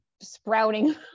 sprouting